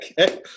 Okay